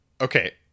okay